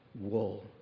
wool